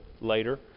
later